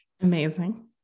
Amazing